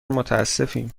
متاسفیم